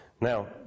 Now